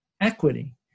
equity